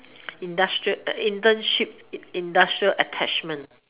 industrial internship industrial attachment